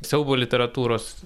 siaubo literatūros